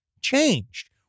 changed